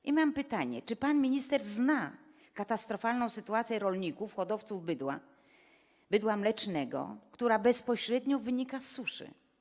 I mam pytanie: Czy pan minister zna katastrofalną sytuację rolników hodowców bydła mlecznego, która bezpośrednio wynika z suszy?